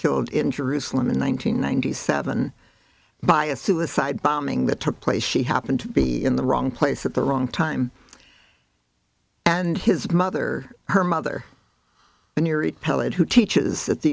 killed in jerusalem in one nine hundred ninety seven by a suicide bombing that took place she happened to be in the wrong place at the wrong time and his mother her mother and your eight peleg who teaches at the